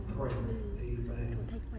amen